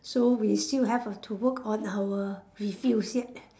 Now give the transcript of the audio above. so we still have uh to work on our refuse yet